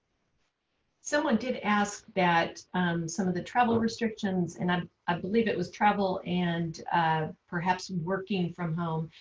someone did ask that some of the travel restrictions and um i believe it was travel and perhaps working from home,